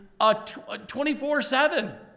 24-7